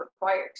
required